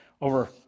over